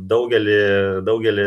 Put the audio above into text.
daugelį daugelį